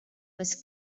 was